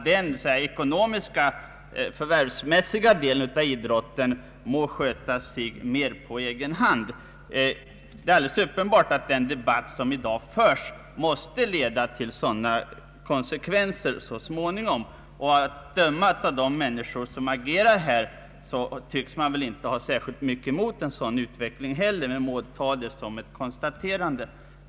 Den förvärvsmässiga delen av idrotten må sköta sig mer på egen hand. Det är uppenbart att den debatt som i dag förs måste leda till sådana konsekvenser så småningom. Att döma av hur de människor uttalar sig som agerar i frågan tycks de inte heller ha så mycket emot en sådan utveckling. Man må ta detta som ett konstaterande.